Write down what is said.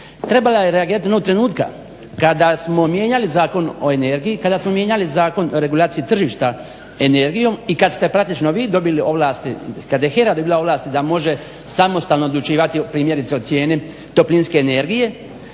trebala je reagirati onog trenutka kada smo mijenjali Zakon o energiji i kada smo mijenjali Zakon o regulaciji tržišta energijom i kada ste praktično vi dobili ovlasti, kad je HERA dobila ovlasti da može samostalno odlučivati primjerice o cijeni toplinske energije.